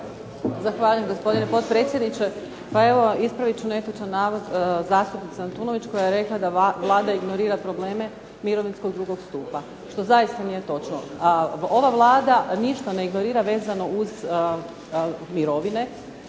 Zahvaljujem gospodine potpredsjedniče. Pa evo ispravit ću netočan navod gospođe zastupnice Antunović koja je rekla da Vlada ignorira probleme mirovinskog drugog stupa, što zaista nije točno. Ova Vlada ništa ne ignorira vezano uz mirovine.